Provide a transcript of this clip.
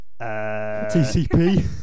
tcp